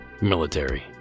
Military